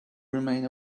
remain